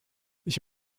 ich